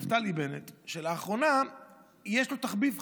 נפתלי בנט, שלאחרונה יש לו תחביב חדש: